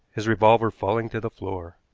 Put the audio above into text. his revolver falling to the floor.